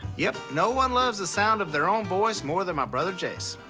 yup, no one loves the sound of their own voice more than my brother jase.